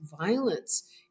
violence